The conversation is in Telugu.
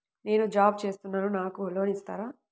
నేను జాబ్ చేస్తున్నాను నాకు లోన్ ఇస్తారా?